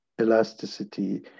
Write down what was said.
elasticity